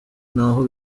ntaho